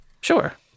Sure